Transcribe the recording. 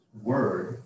word